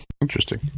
interesting